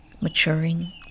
maturing